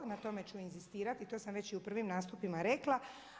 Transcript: Na tome ću inzistirati i to sam već i u prvim nastupima rekla.